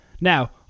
Now